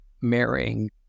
marrying